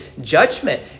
judgment